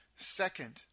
Second